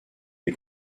les